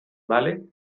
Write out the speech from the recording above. vale